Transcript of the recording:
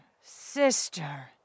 sister